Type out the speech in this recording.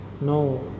No